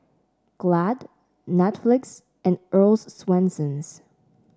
Glad Netflix and Earl's Swensens